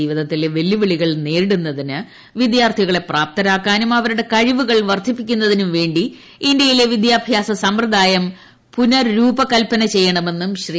ജീവിതത്തിലെ വെല്ലൂവിളികൾ നേരിടുന്നതിന് വിദ്യാർത്ഥികളെ പ്രാപ്തരാക്കാനും അവരുടെ കഴിവുകൾ വർദ്ധിപ്പിക്കുന്നതിനും വേണ്ടി ഇന്ത്യയിലെ വിദ്യാഭ്യാസ സമ്പ്രദായം പുനരൂപകൽപന ചെയ്യണമെന്നും ശ്രീ